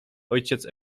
ojciec